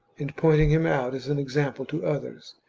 and pointing him out as an example to others.